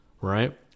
right